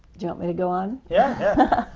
you want me to go on? yeah, yeah.